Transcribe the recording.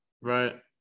Right